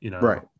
right